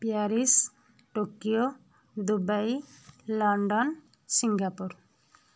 Paris Tokyo Dubai London Singapore